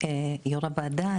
יו"ר הוועדה,